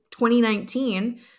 2019